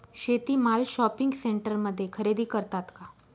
शेती माल शॉपिंग सेंटरमध्ये खरेदी करतात का?